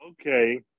Okay